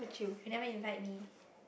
you never invite me